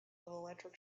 electric